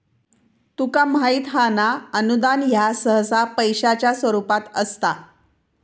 तुका माहित हां ना, अनुदान ह्या सहसा पैशाच्या स्वरूपात असता